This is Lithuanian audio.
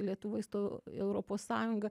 lietuvoj įstojo į europos sąjungą